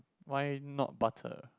why not butter